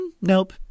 Nope